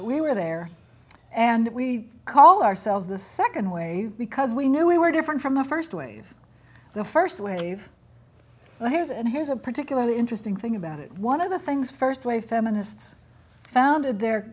we were there and we call ourselves the second wave because we knew we were different from the first wave the first wave well here's and here's a particularly interesting thing about it one of the things first wave feminists founded the